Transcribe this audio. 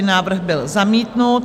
Návrh byl zamítnut.